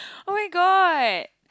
oh-my-god